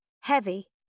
heavy